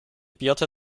birte